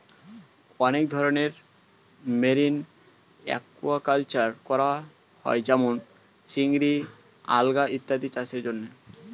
অনেক ধরনের marine aquaculture করা হয় যেমন চিংড়ি, আলগা ইত্যাদি চাষের জন্যে